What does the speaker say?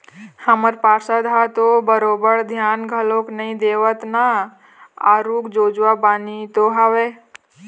हमर पार्षद ह तो बरोबर धियान घलोक नइ देवय ना आरुग जोजवा बानी तो हवय